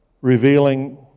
Revealing